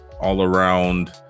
all-around